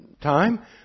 time